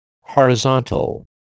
Horizontal